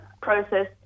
process